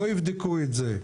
לא יבדקו את זה?